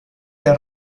del